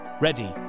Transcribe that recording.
Ready